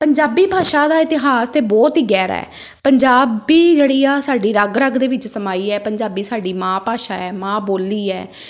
ਪੰਜਾਬੀ ਭਾਸ਼ਾ ਦਾ ਇਤਿਹਾਸ ਤਾਂ ਬਹੁਤ ਹੀ ਗਹਿਰਾ ਹੈ ਪੰਜਾਬੀ ਜਿਹੜੀ ਆ ਸਾਡੀ ਰਗ ਰਗ ਦੇ ਵਿੱਚ ਸਮਾਈ ਹੈ ਪੰਜਾਬੀ ਸਾਡੀ ਮਾਂ ਭਾਸ਼ਾ ਹੈ ਮਾਂ ਬੋਲੀ ਹੈ